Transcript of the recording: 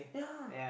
yeah